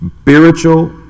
Spiritual